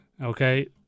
okay